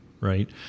right